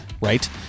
Right